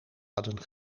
hadden